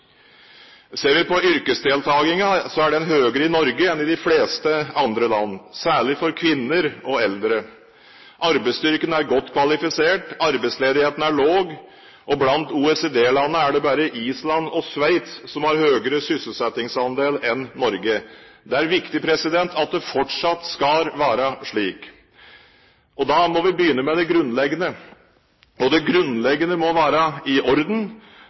Ser vi på yrkesdeltakingen, er den høyere i Norge enn i de fleste andre land, særlig for kvinner og eldre. Arbeidsstyrken er godt kvalifisert, arbeidsledigheten er lav, og blant OECD-landene er det bare Island og Sveits som har høyere sysselsettingsandel enn Norge. Det er viktig at det fortsatt skal være slik. Da må vi begynne med det grunnleggende, det grunnleggende må være i orden.